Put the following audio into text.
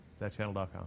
thatchannel.com